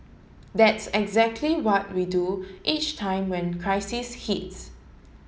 that's exactly what we do each time when crisis hits